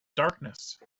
darkness